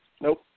Nope